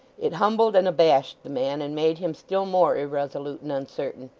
it humbled and abashed the man, and made him still more irresolute and uncertain.